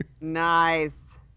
Nice